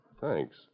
Thanks